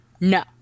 No